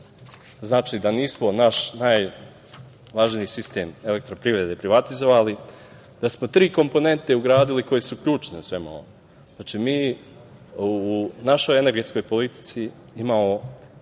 znači da nismo naš najvažniji sistem Elektroprivrede privatizovali, da smo tri komponente ugradili koje su ključne u svemu ovome. Mi u našoj energetskoj politici imamo